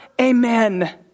Amen